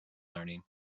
learning